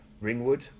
ringwood